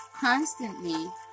constantly